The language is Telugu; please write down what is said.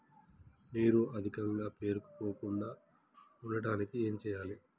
నీరు అధికంగా పేరుకుపోకుండా ఉండటానికి ఏం చేయాలి?